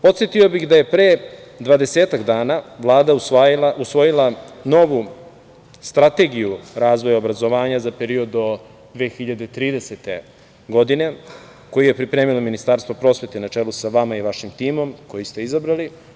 Podsetio bih da je pre dvadesetak dana Vlada usvojila novu Strategiju razvoja obrazovanja za period do 2030. godine, koje je pripremilo Ministarstvo prosvete na čelu sa vama i vašim timom koji ste izabrali.